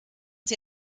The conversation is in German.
sie